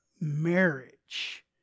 marriage